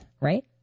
right